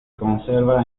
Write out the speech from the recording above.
conserva